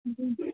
जी